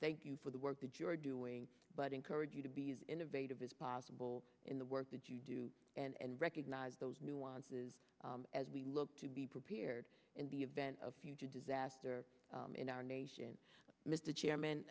thank you for the work that you're doing but encourage you to be as innovative as possible in the work that you do and recognize those nuances as we look to be prepared in the bed of future disaster in our nation mr chairman